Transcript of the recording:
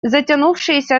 затянувшееся